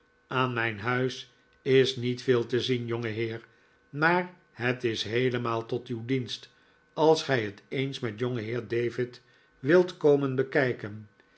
aan mijn huis is niet veel te zien jongeheer maar het is heelemaal tot uw dienst als gij het eens met jongenheer david wilt komen bekijken